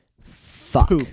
fuck